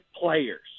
players